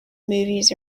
movies